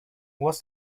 was